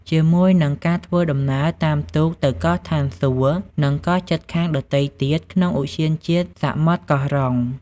ជាមួយនិងការធ្វើដំណើរតាមទូកទៅកោះឋានសួគ៌ និងកោះជិតខាងដទៃទៀតក្នុងឧទ្យានជាតិសមុទ្រកោះរ៉ុង។